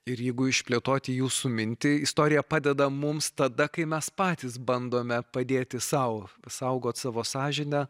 ir jeigu išplėtoti jūsų mintį istorija padeda mums tada kai mes patys bandome padėti sau saugot savo sąžinę